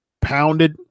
pounded